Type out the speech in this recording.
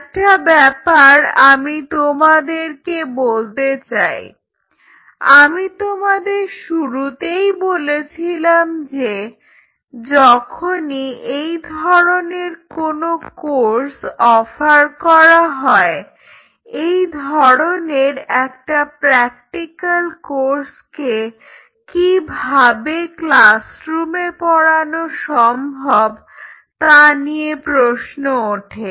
একটা ব্যাপার আমি তোমাদেরকে বলতে চাই আমি তোমাদের শুরুতেই বলেছিলাম যে যখনই এই ধরনের কোনো কোর্স অফার করা হয় এই ধরনের একটা প্র্যাক্টিকাল কোর্সকে কিভাবে ক্লাসরুমে পড়ানো সম্ভব তা নিয়ে প্রশ্ন ওঠে